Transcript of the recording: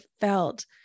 felt